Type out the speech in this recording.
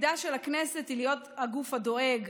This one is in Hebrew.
תפקידה של הכנסת הוא להיות הגוף הדואג,